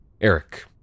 Eric